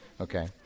Okay